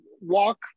Walk